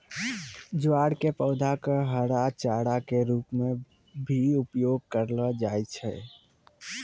ज्वार के पौधा कॅ हरा चारा के रूप मॅ भी उपयोग करलो जाय छै